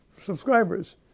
subscribers